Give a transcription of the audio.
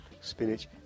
spinach